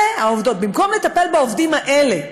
במקום לטפל בעובדים האלה,